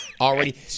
already